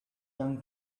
young